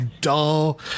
dull